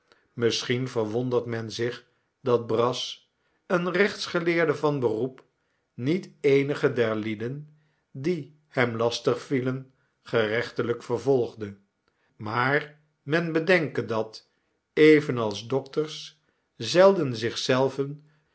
misschien verwondert men zich dat brass een rechtsgeleerde van beroep niet eenige der lieden die hem lastig vielen gerechtelijk vervolgde maar men bedenke dat evenals dokters zelden zich zelven